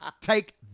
Take